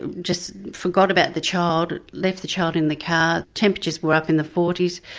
and just forgot about the child, left the child in the car, temperatures were up in the forty s,